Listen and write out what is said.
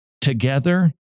together